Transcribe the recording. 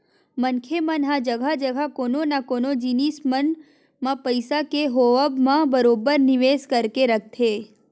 मनखे मन ह जघा जघा कोनो न कोनो जिनिस मन म पइसा के होवब म बरोबर निवेस करके रखथे